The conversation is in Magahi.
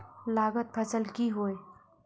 लागत फसल की होय?